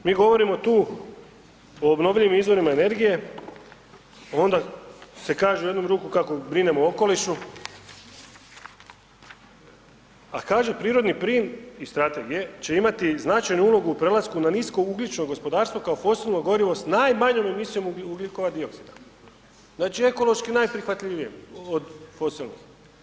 Mi govorimo tu o obnovljivim izvorima energije, onda se kaže u jednu ruku kako brinemo o okolišu, a kaže prirodni plin iz strategije će imati značajnu ulogu u prelasku na niskougljično gospodarstvo kao fosilno gorivo s najmanjom emisijom ugljikova dioksida, znači ekološki naj prihvatljivim od fosilnog.